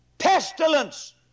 pestilence